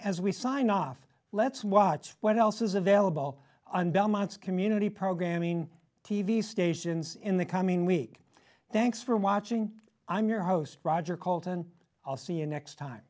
as we sign off let's watch what else is available on belmont's community programming t v stations in the coming week thanks for watching i'm your host roger cult and i'll see you next time